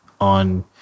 on